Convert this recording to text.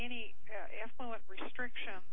any restriction